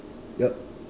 yup